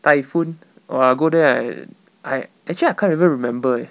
typhoon orh I go there I I actually I can't even remember eh